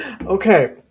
Okay